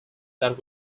that